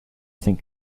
think